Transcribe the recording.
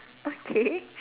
okay